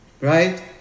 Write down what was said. right